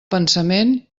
pensament